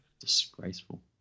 Disgraceful